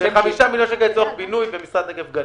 ו-5 מיליון שקל לצורך בינוי במשרד נגב גליל.